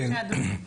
בבקשה אדוני.